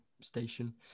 station